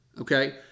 Okay